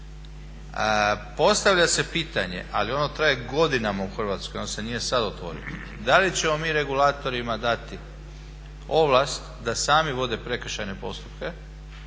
Postavlja se pitanje, ali ono traje godinama u Hrvatskoj, ono se nije sad otvorilo, da li ćemo mi regulatorima dati ovlast da sami vode prekršajne postupke